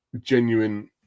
genuine